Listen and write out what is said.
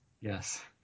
yes